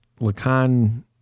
lacan